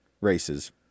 races